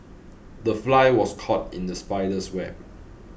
the fly was caught in the spider's web